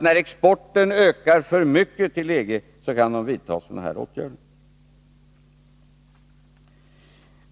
När exporten till EG ökar för mycket, då kan EG vidta 26 november 1982 sådana här åtgärder.